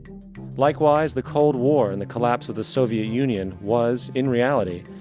likewise the cold war and the collapse of the soviet union was, in reality,